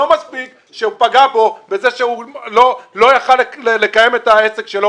לא מספיק שהוא פגע בו בכך שהוא לא יכול היה לקיים את העסק שלו